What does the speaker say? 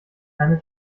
keine